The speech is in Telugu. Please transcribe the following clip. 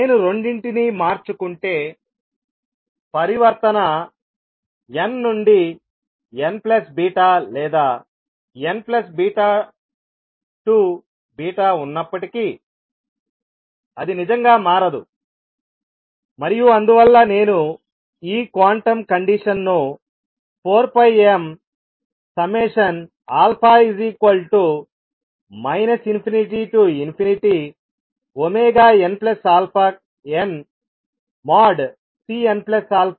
నేను రెండిటిని మార్చుకుంటేపరివర్తన n నుండి nβ లేదా n ప్లస్ బీటా 2 బీటా ఉన్నప్పటికీ అది నిజంగా మారదు మరియు అందువల్ల నేను ఈ క్వాంటం కండిషన్ను 4πmα ∞nαn|Cnαn |2 nn α|Cnn α |2h